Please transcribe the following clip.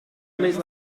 place